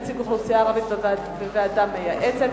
נציג האוכלוסייה הערבית בוועדה מייעצת),